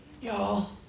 y'all